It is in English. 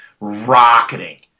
rocketing